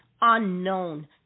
unknown